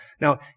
Now